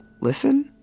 listen